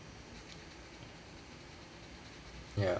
ya